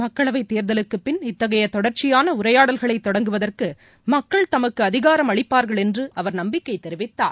மக்களவை தேர்தலுக்கு பின் இத்தகைய தொடர்ச்சியான உரையாடல்களை தொடங்குவதற்கு மக்கள் தமக்கு அதிகாரம் அளிப்பார்கள் என்று அவர் நம்பிக்கை தெரிவித்தார்